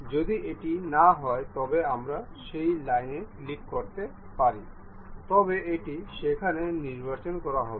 যদি এটি না হয় তবে আমরা সেই লাইনে ক্লিক করতে পারি তবে এটি সেখানে নির্বাচন করা হবে